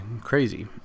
crazy